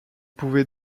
pouvaient